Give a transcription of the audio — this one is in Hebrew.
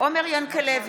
עומר ינקלביץ'